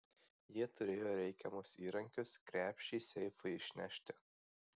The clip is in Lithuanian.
jie turėjo reikiamus įrankius krepšį seifui išnešti